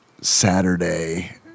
Saturday